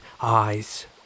eyes